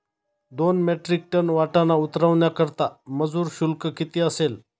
दोन metric ton वाटाणा उतरवण्याकरता मजूर शुल्क किती असेल?